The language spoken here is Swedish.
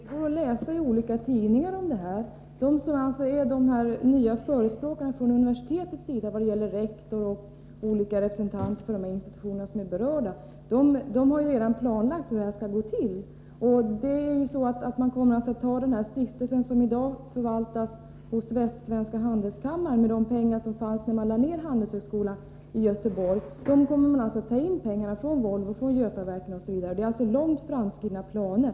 Herr talman! Jo, det går att läsa i olika tidningar om detta. De nya förespråkarna från universitetets sida — rektor och olika representanter för de institutioner som är berörda — har ju redan planlagt hur det här skall gå till. Man kommer att ha denna stiftelse, som i dag förvaltas hos Västsvenska handelskammaren, med de pengar som fanns när man lade ner handelshögskolan i Göteborg. Sedan kommer man alltså att ta in pengar från Volvo, Götaverken osv. Det finns alltså långt framskridna planer.